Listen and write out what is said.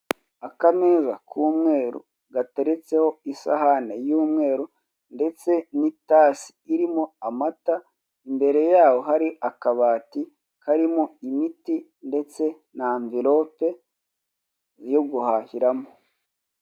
Akameza k'umweru gateretseho isahani y'umweru ndetse n'itasi irimo amata, imbere yaho hari akabati karimo imiti ndetse na anvelope yo guhahiramo.